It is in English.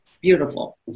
beautiful